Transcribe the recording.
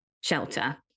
shelter